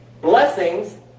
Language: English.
blessings